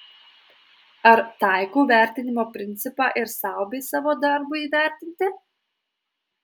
ar taikau vertinimo principą ir sau bei savo darbui įvertinti